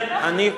אני,